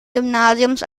gymnasiums